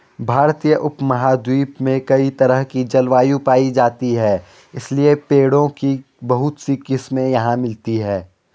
भारतीय उपमहाद्वीप में कई तरह की जलवायु पायी जाती है इसलिए पेड़ों की बहुत सी किस्मे यहाँ मिलती हैं